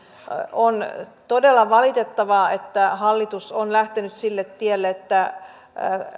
on todella valitettavaa että hallitus on lähtenyt sille tielle että